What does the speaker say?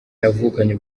yavukanye